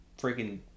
freaking